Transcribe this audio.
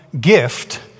gift